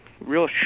real